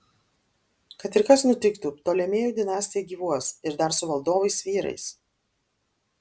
kad ir kas nutiktų ptolemėjų dinastija gyvuos ir dar su valdovais vyrais